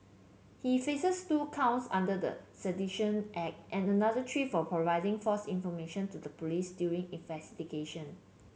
he faces two counts under the Sedition Act and another three for providing false information to the police during investigation